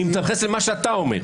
אני מתייחס למה שאתה אומר.